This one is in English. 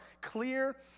clear